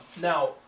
now